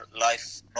life